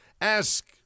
Ask